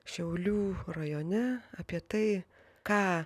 šiaulių rajone apie tai ką